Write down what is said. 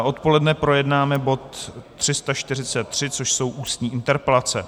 Odpoledne projednáme bod 343, což jsou ústní interpelace.